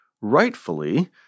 rightfully